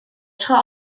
tro